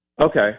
Okay